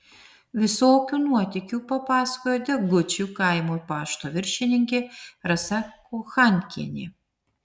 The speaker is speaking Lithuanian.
visokių nuotykių papasakojo degučių kaimo pašto viršininkė rasa kochankienė